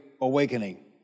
awakening